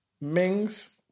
Mings